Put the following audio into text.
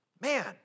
Man